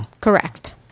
Correct